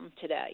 today